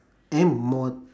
am more